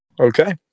Okay